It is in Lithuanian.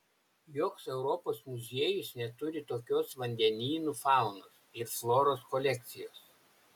joks europos muziejus neturi tokios vandenynų faunos ir floros kolekcijos